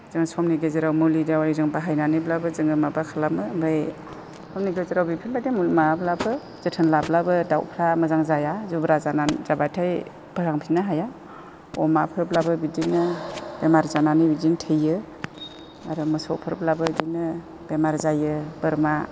जों समनि गेजेराव मुलि दावाय बाहायनानैब्लाबो जोङो माबा खालामो ओमफ्राय समनि गेजेराव बेफोरबायदि माब्लाबाबो जोथोन लाब्लाबो दाउफ्रा मोजां जाया जुब्रा जाब्लाथाय फाहामफिननो हाया अमाफोरब्लाबो बिदिनो बेमार जानानै बिदिनो थैयो आरो मोसौफोरब्लाबो बिदिनो बेमार जायो बेरमा